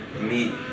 meet